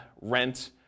rent